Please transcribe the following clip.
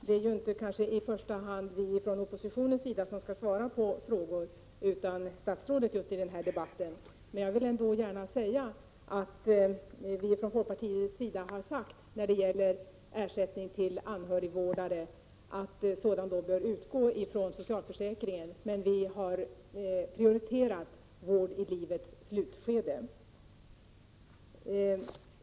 Herr talman! Det är kanske inte vi inom oppositionen utan i första hand statsrådet som skall svara på frågor i den här debatten. Jag vill ändå säga att vi i folkpartiet anser att ersättning till anhörigvårdare bör utgå från socialförsäkringen men att vi därvid har prioriterat vård i livets slutskede.